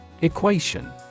Equation